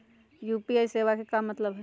UPI सेवा के का मतलब है?